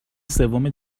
سوم